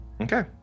okay